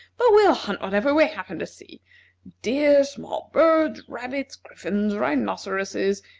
but we'll hunt whatever we happen to see deer, small birds, rabbits, griffins, rhinoceroses,